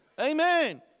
Amen